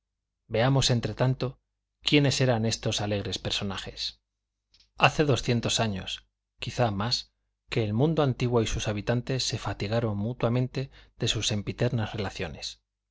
veamos entretanto quiénes eran estos alegres personajes hace doscientos años quizá más que el mundo antiguo y sus habitantes se fatigaron mutuamente de sus sempiternas relaciones